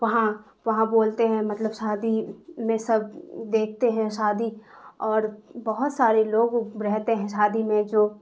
وہاں وہاں بولتے ہیں مطلب شادی میں سب دیکھتے ہیں شادی اور بہت سارے لوگ رہتے ہیں شادی میں جو